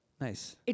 nice